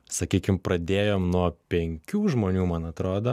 sakykim pradėjom nuo penkių žmonių man atrodo